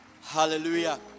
Hallelujah